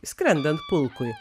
skrendant pulkui